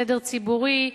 סדר ציבורי,